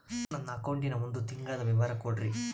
ನನ್ನ ಅಕೌಂಟಿನ ಒಂದು ತಿಂಗಳದ ವಿವರ ಕೊಡ್ರಿ?